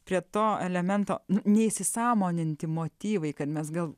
prie to elemento neįsisąmoninti motyvai kad mes gal